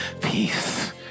peace